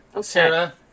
Sarah